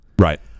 Right